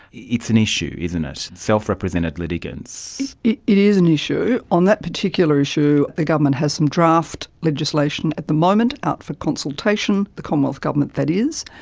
it's an issue, isn't it, self-represented litigants. it it is an issue. on that particular issue the government has some draft legislation at the moment out for consultation, the commonwealth government that is.